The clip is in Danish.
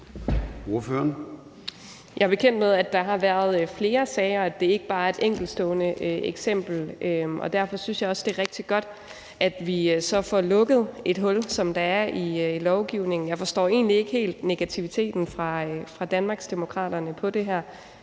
Jeg er bekendt med, at der har været flere sager, og at det ikke bare er et enkeltstående eksempel, og derfor synes jeg også, det er rigtig godt, at vi så får lukket et hul, der er i lovgivningen. Jeg forstår egentlig ikke helt negativiteten fra Danmarksdemokraterne over for